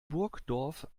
burgdorf